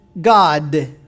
God